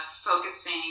focusing